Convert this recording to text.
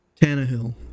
Tannehill